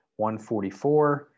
144